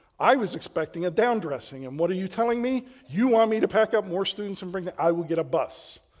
i was expecting a down dressing, and what are you telling me? you want me to pack up more students and bring them, i will get a bus.